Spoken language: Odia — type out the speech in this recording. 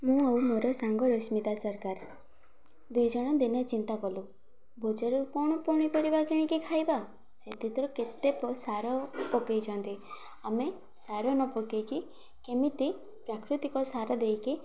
ମୁଁ ଆଉ ମୋର ସାଙ୍ଗ ରଶ୍ମିତା ସରକାର ଦୁଇଜଣ ଦିନେ ଚିନ୍ତା କଲୁ ବଜାରରୁ କ'ଣ ପନିପରିବା କିଣିକି ଖାଇବା ସେଥି ଭିତରୁ କେତେ ସାର ପକେଇଛନ୍ତି ଆମେ ସାର ନ ପକେଇକି କେମିତି ପ୍ରାକୃତିକ ସାର ଦେଇକି